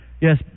Yes